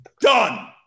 done